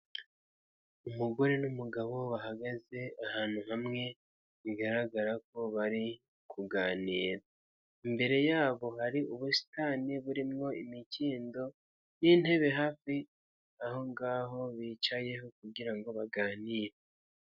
Umugore n'umugabo bahagaze ahantu hamwe bigaragara ko bari kuganira, imbere yabo hari ubusitani burimo imikindo n'intebe hafi aho ngaho bicayeho kugirango baganire.